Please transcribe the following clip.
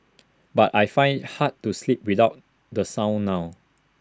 but I find IT hard to sleep without the sound now